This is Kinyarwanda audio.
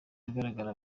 ahagaragara